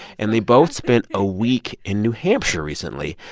and they both spent a week in new hampshire recently.